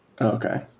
okay